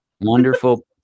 wonderful